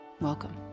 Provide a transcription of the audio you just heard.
Welcome